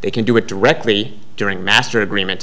they can do it directly during master agreement